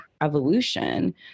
evolution